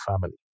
family